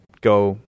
go